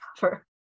cover